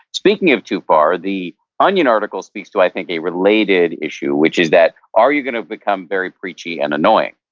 speaking of too far the onion article speaks to i think a related issue, which is that are you going to become very preachy, and annoying?